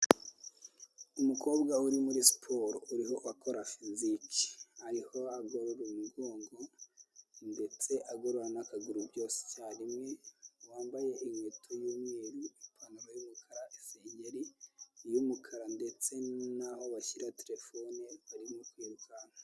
Umukobwa uri muri siporo uriho akora physique, ariho agorora umugongo ndetse agorora n'akaguru byose icyarimwe, wambaye inkweto y'umweru, ipantaro y'umukara, isengeri y'umukara ndetse n'aho bashyira terefone barimo kwirukanka.